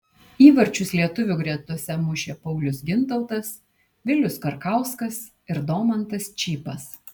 įvarčius lietuvių gretose mušė paulius gintautas vilius karkauskas ir domantas čypas